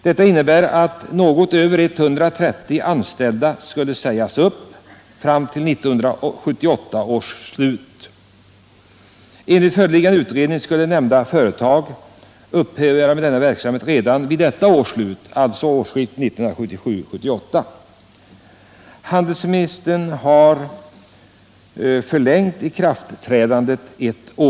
Detta skulle innebära att något över 130 anställda skulle behöva sägas upp till 1978 års slut. Enligt den föreliggande utredningen skulle företaget upphöra med verksamheten redan vid detta års slut, alltså vid årsskiftet 1977-1978. Handelsministern har förlängt ikraftträdandet ett år.